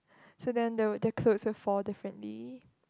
so then the the clothes will fall differently